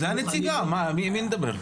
זו הנציגה, עם מי נדבר?